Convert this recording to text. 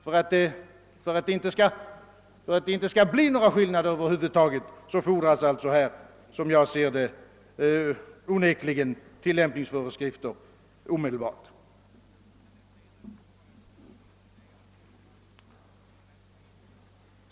För att det inte skall bli några skillnader över huvud taget fordras, enligt min mening, oncekligen omedelbara tillämpningsföreskrifter.